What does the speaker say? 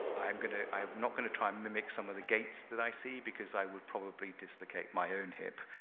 i'm gonna i'm not going to try and mimic some of the gaits that i see because, i would probably dislocate my own hip,